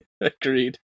Agreed